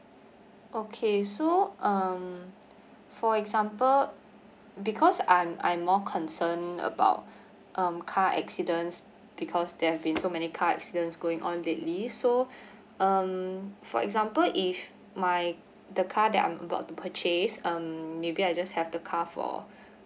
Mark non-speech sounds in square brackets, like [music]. okay so um for example because I'm I'm more concerned about [breath] um car accidents because there've been so many car accidents going on lately so [breath] um for example if my the car that I'm about to purchase um maybe I just have the car for [breath]